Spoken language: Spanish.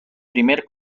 primer